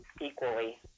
equally